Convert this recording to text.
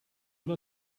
will